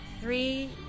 three